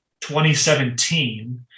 2017